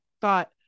thought